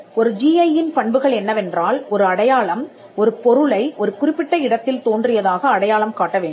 ஒரு ஜிஐ யின் பண்புகள் என்னவென்றால் ஒரு அடையாளம் ஒரு பொருளை ஒரு குறிப்பிட்ட இடத்தில் தோன்றியதாக அடையாளம் காட்ட வேண்டும்